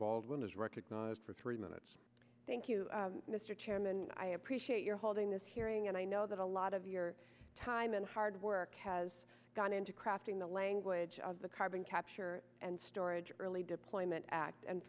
baldwin is recognized for three minutes thank you mr chairman i appreciate your holding this hearing and i know that a lot of your time and hard work has gone into crafting the language of the carbon capture and storage early deployment act and